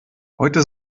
heute